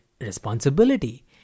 responsibility